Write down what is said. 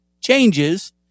changes